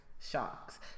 shocks